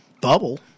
bubble